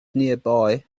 nearby